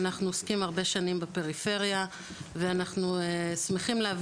אנחנו עוסקים הרבה שנים בפריפריה ואנחנו שמחים להביא